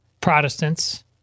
Protestants